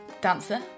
dancer